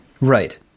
Right